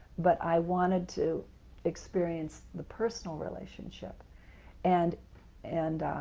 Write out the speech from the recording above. but i wanted to experience the personal relationship and and